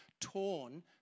torn